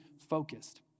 focused